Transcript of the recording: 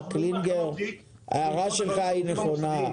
אלון, ההערה שלך נכונה.